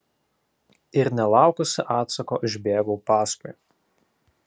ir nelaukusi atsako išbėgau paskui